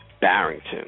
Barrington